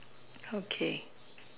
okay